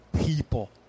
people